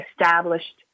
established